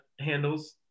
handles